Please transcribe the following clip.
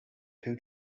two